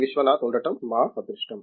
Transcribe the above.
విశ్వనాథన్ ఉండటం మా అదృష్టం